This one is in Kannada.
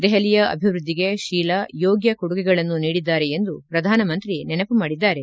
ದೆಹಲಿಯ ಅಭಿವೃದ್ಧಿಗೆ ಶೀಲಾ ಯೋಗ್ಕ ಕೊಡುಗೆಗಳನ್ನು ನೀಡಿದ್ದಾರೆ ಎಂದು ಪ್ರಧಾನಮಂತ್ರಿ ನೆನಮ ಮಾಡಿದ್ದಾರೆ